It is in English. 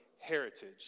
heritage